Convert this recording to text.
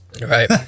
Right